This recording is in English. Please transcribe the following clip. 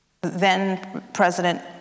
then-President